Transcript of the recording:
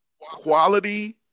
quality